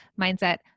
mindset